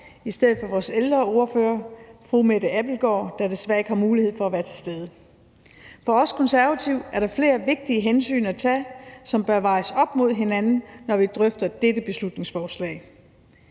i stedet for vores ældreordfører, fru Mette Abildgaard, der desværre ikke har mulighed for at være til stede. For os Konservative er der flere vigtige hensyn at tage, og de bør vejes op mod hinanden, når vi drøfter dette beslutningsforslag.